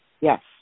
Yes